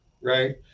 right